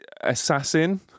assassin